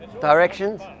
directions